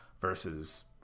versus